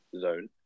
zone